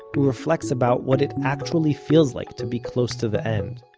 who reflects about what it actually feels like to be close to the end.